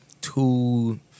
two